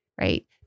right